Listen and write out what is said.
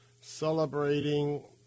celebrating